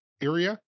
area